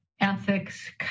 ethics